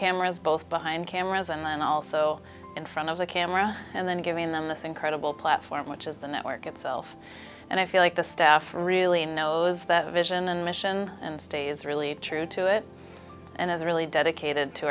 cameras both behind cameras and also in front of the camera and then giving them this incredible platform which is the network itself and i feel like the staff really knows that vision and mission and stays really true to it and is really dedicated to